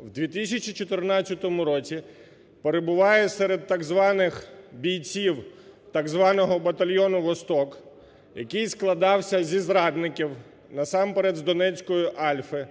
у 2014 році перебуває серед так званих бійців так званого батальйону "Восток", який складався зі зрадників, насамперед з донецької "Альфи",